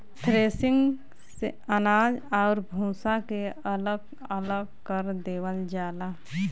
threshing से अनाज आउर भूसा के अलग अलग कर देवल जाला